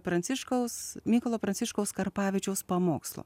pranciškaus mykolo pranciškaus karpavičiaus pamokslo